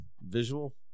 visual